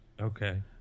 Okay